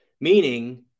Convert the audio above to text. meaning